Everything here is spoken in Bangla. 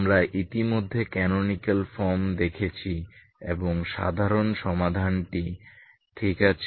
আমরা ইতিমধ্যে ক্যানোনিকাল ফর্ম দেখেছি এবং সাধারণ সমাধানটি ঠিক আছে